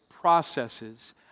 processes